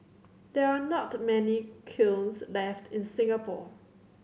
there are not many kilns left in Singapore